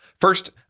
First